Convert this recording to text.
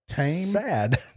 Sad